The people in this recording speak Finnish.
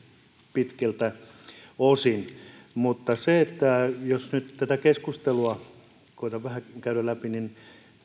pitkältä osin mutta jos nyt tätä keskustelua koetan vähän käydä läpi niin